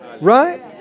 Right